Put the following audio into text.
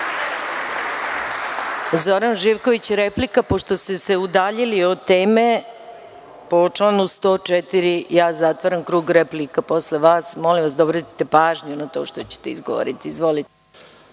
Zoran Živković, pravo na repliku. Pošto ste se udaljili od teme, po članu 104. zatvaram krug replika posle vas. Molim vas da obratite pažnju na to što ćete izgovoriti. Izvolite.